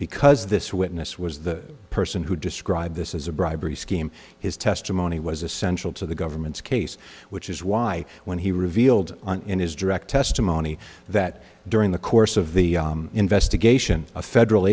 because this witness was the person who described this as a bribery scheme his testimony was essential to the government's case which is why when he revealed in his direct testimony that during the course of the investigation a federal